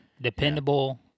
Dependable